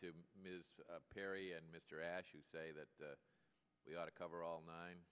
to ms perry and mr ash you say that we ought to cover all nine